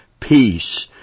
peace